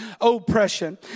oppression